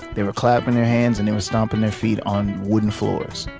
they were clap in your hands and they were stomping their feet on wooden floors.